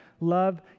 love